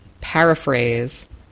paraphrase